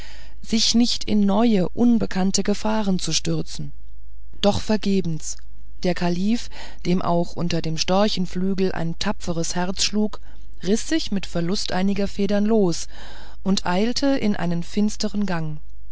sich nicht in neue unbekannte gefahren zu stürzen doch vergebens der kalif dem auch unter dem storchenflügel ein tapferes herz schlug riß sich mit verlust einiger federn los und eilte in einen finstern gang